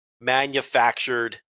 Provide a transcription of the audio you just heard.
manufactured